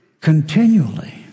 continually